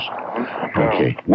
Okay